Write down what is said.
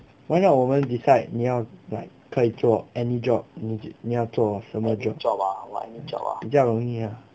why not 我们 decide 你要 like 可以做 any job 你你要做什么 job 比较容易啊